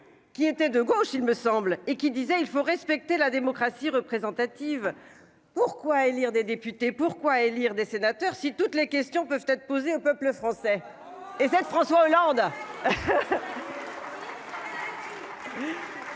Qui était de gauche, il me semble et qui disait il faut respecter la démocratie représentative. Pourquoi élire des députés pourquoi élire des sénateurs si toutes les questions peuvent être posées au peuple français et celle François Hollande.